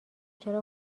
چرا